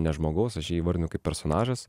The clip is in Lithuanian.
ne žmogaus aš jį įvardinu kaip personažas